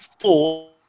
four